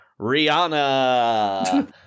Rihanna